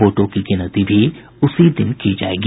वोटों की गिनती भी उसी दिन की जायेगी